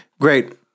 great